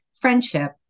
friendship